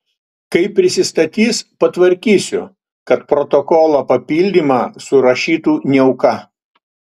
kai prisistatys patvarkysiu kad protokolo papildymą surašytų niauka